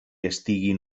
estiguin